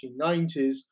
1990s